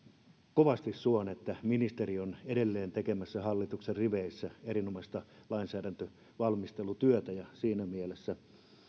kovasti suon että ministeri on edelleen tekemässä hallituksen riveissä erinomaista lainsäädäntövalmistelutyötä ja siinä mielessä on